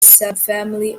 subfamily